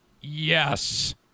Yes